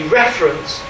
reference